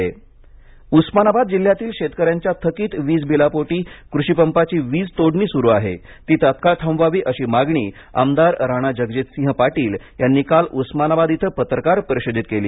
उस्मानाबाद शेतकरी उस्मानाबाद जिल्ह्यातील शेतकऱ्यांच्या थकित वीज बिलापोटी कृषी पंपांची वीज तोडणी सुरू आहे ती तत्काळ थांबवावी अशी मागणी आमदार राणाजगजितसिंह पाटील यांनी काल उस्मानाबाद इथं पत्रकार परिषदेत केली